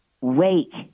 Wake